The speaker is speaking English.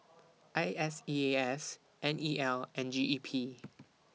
I S E A S N E L and G E P